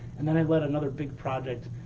and then i led another big project,